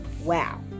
Wow